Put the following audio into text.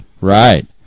Right